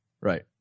Right